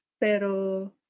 pero